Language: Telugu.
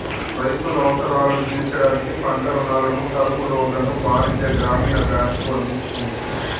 రైతుల అవసరాలను తీర్చడానికి పంట రుణాలను, టర్మ్ లోన్లను వాణిజ్య, గ్రామీణ బ్యాంకులు అందిస్తున్రు